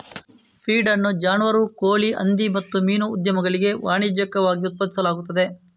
feed ಅನ್ನು ಜಾನುವಾರು, ಕೋಳಿ, ಹಂದಿ ಮತ್ತು ಮೀನು ಉದ್ಯಮಗಳಿಗೆ ವಾಣಿಜ್ಯಿಕವಾಗಿ ಉತ್ಪಾದಿಸಲಾಗುತ್ತದೆ